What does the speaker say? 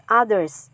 others